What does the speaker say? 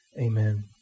Amen